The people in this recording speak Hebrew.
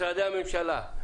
משרדי הממשלה,